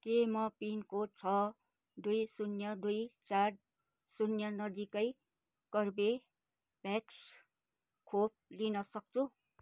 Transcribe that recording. के म पिनकोड छ दुई शून्य दुई चार शून्य नजिकै कर्बेभ्याक्स खोप लिन सक्छु